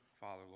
Father